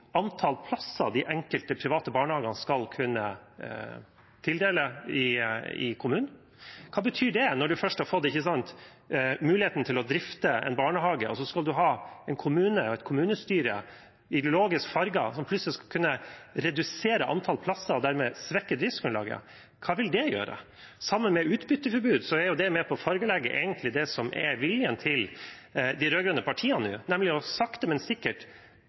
plasser de enkelte private barnehagene skal kunne tildele i kommunen. Hva betyr det? Når man først har fått muligheten til å drifte en barnehage, og så skal man ha en kommune og et kommunestyre, ideologisk farget, som plutselig skal kunne redusere antallet plasser og dermed svekke driftsgrunnlaget – hva vil det gjøre? Sammen med utbytteforbud er jo det egentlig med på å fargelegge det som er viljen til de rød-grønne partiene nå, nemlig sakte, men sikkert